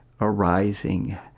arising